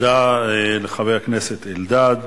תודה לחבר הכנסת אלדד.